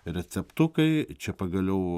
receptukai čia pagaliau